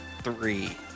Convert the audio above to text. Three